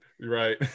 right